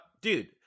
dude